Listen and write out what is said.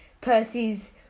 Percy's